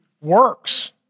works